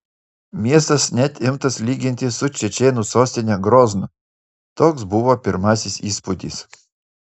miestas net imtas lyginti su čečėnų sostine groznu toks buvo pirmasis įspūdis